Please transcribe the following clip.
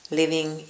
living